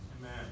amen